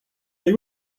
they